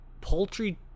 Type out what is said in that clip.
Poultry